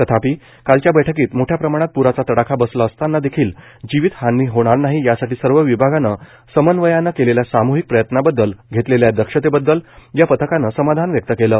तथापि कालच्या बैठकीत मोठ्या प्रमाणात प्राचा तडाखा बसला असतानादेखील जीवीत हानी होणार नाही यासाठी सर्व विभागाने समन्वयाने केलेल्या साम्हिक प्रयत्नाबद्दल घेतलेल्या दक्षतेबद्दल या पथकाने समाधान व्यक्त केले